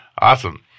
Awesome